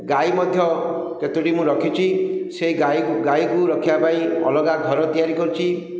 ଗାଈ ମଧ୍ୟ କେତୋଟି ମୁଁ ରଖିଛି ସେଇ ଗାଈକୁ ଗାଈକୁ ରଖିବା ପାଇଁ ଅଲଗା ଘର ତିଆରି କରୁଛି